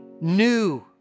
new